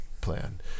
plan